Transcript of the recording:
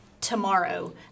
tomorrow